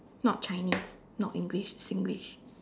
not Chinese not English Singlish